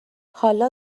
حالا